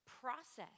process